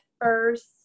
first